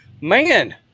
man